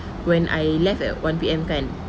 when I left at one P_M kan